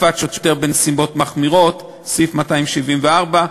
תקיפת שוטר בנסיבות מחמירות סעיף 274,